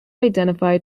identify